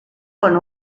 con